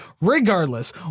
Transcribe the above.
Regardless